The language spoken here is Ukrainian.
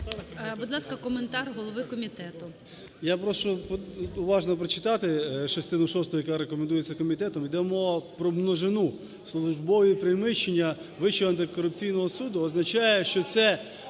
Будь ласка, коментар голови комітету. 13:11:02 КНЯЗЕВИЧ Р.П. Я прошу уважно прочитати частину шосту, яка рекомендується комітетом. Іде мова про множину. "Службові приміщення Вищого антикорупційного суду" означає, що це